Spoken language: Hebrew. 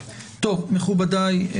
מכובדיי,